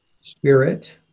spirit